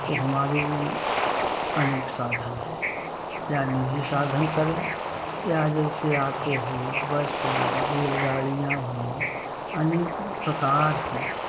तो हमारे लिए अनेक साधन है या निजी साधन करें या जैसे ऑटो हुआ बस हुई रेल गाड़ियाँ हुईं अनेकों प्रकार के हैं